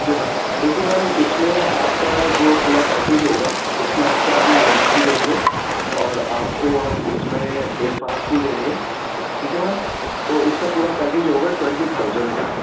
جی ma'am دیکھیے ma'am اس میں آپ کا جو پورا پیکیج ہوگا جس میں آپ کا ہم لنچ بھی دیں گے اور آپ کو ہم اس میں بریکفاسٹ بھی دیں گے ٹھیک ہے میم تو اس کا پورا پیکیج ہوگا ٹونٹی تھاؤزینڈ کا